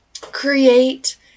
create